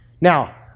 Now